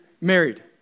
married